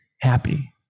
happy